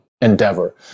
endeavor